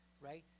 right